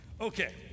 Okay